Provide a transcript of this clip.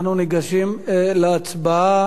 אנחנו ניגשים להצבעה.